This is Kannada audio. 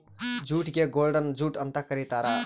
ಜೂಟಿಗೆ ಗೋಲ್ಡನ್ ಜೂಟ್ ಅಂತ ಕರೀತಾರ